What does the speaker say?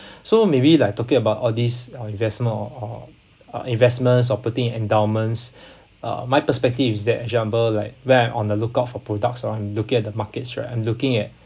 so maybe like talking about all these uh investment or or uh investments or putting endowments uh my perspective is that jumble like we're on the lookout for products or are looking at the markets right and looking at